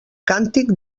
càntic